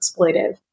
exploitive